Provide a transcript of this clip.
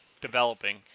Developing